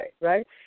right